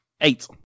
Eight